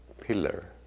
pillar